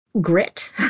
grit